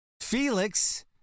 Felix